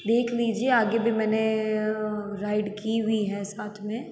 देख लीजिये आगे भी मैंने राइड की हुई है साथ में